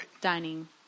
dining